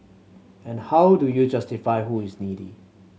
but how do you justify who is needy